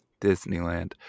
Disneyland